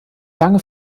lange